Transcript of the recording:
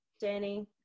Danny